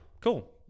cool